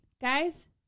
Guys